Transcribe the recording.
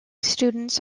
students